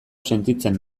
sentitzen